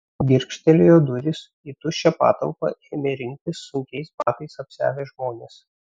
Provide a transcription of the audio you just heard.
girgžtelėjo durys į tuščią patalpą ėmė rinktis sunkiais batais apsiavę žmonės